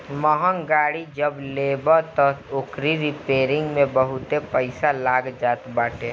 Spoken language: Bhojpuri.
महंग गाड़ी जब लेबअ तअ ओकरी रिपेरिंग में बहुते पईसा लाग जात बाटे